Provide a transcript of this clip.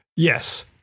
Yes